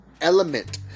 element